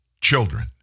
children